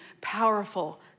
powerful